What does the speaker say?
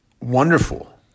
wonderful